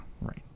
Right